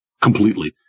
completely